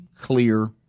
clear